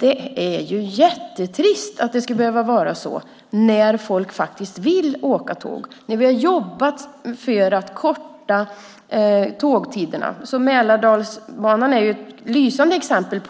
Det är jättetrist att det ska behöva vara så, när folk faktiskt vill åka tåg. Vi har jobbat för att korta tågtiderna. Mälardalsbanan är ett lysande exempel.